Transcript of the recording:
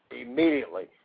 immediately